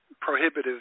prohibitive